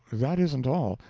that isn't all,